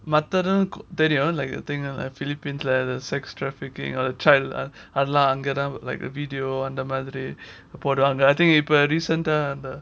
மத்ததும் தெரியும்:maththathum therium like I think uh the philippines like the sex trafficking or the child அதுலாம் அங்க தான்:adhulam angathan like the video அந்த மாதிரி போடுறாங்க:andha madhiri poduranga I think இப்போ:ipo recent